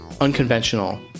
unconventional